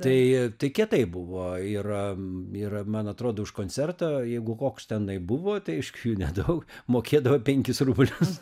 tai tai kietai buvo ir ir man atrodo už koncertą jeigu koks tenai buvo tai aišku jų nedaug mokėdavo penkis rublius